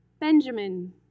Benjamin